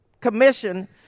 commission